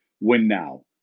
win-now